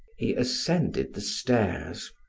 he ascended the stairs.